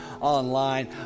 online